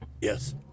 Yes